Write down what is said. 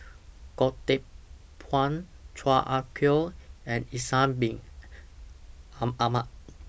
Goh Teck Phuan Chan Ah Kow and Ishak Bin Ahmad